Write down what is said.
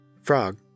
Frog